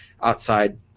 outside